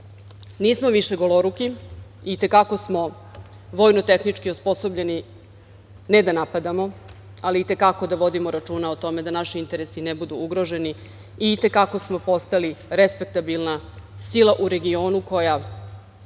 Nismo više goloruki. I te kako smo vojno-tehnički osposobljeni ne da napadamo, ali i te kako da vodimo računa o tome da naši interesi ne budu ugroženi i i te kako smo postali respektabilna sila u regionu koja